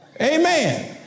Amen